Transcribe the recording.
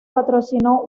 patrocinó